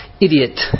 idiot